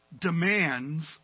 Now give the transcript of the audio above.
demands